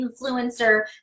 influencer